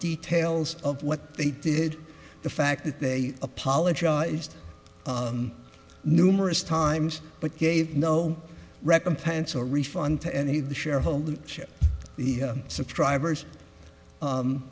details of what they did the fact that they apologized numerous times but gave no recompense or refund to any of the shareholders ship the subscribers